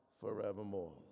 forevermore